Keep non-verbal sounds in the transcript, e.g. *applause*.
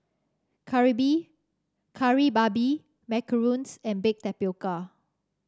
kari *unintelligible* Kari Babi macarons and Baked Tapioca